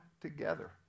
together